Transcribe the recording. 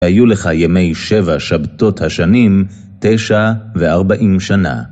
היו לך ימי שבע שבתות השנים, תשע וארבעים שנה.